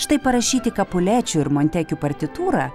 štai parašyti kapulečių ir montekių partitūrą